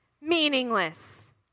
meaningless